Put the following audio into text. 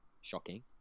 Shocking